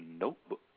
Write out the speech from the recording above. notebook